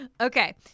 Okay